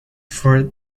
for